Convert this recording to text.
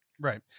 Right